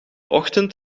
ochtend